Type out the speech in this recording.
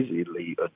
easily